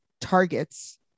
targets